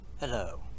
Hello